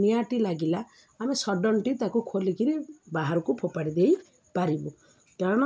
ନିଆଁଟି ଲାଗିଲା ଆମେ ସଡେନ୍ ତାକୁ ଖୋଲିକରି ବାହାରକୁ ଫୋପାଡ଼ି ଦେଇପାରିବୁ କାରଣ